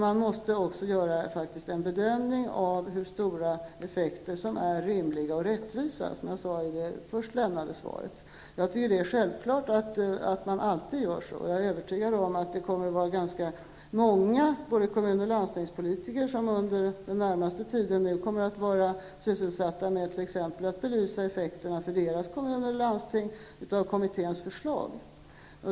Man måste göra en bedömning av hur stora effekter som är rimliga och rättvisa, så som jag sade i mitt svar. Jag tycker att det skall vara självklart att man alltid gör så. Jag är övertygad om att ganska många både landstings och kommunalpolitiker under den närmaste tiden kommer att vara sysselsatta med att upplysa om effekterna för deras kommuner och landsting av kommitténs förslag.